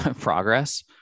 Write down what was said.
progress